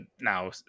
now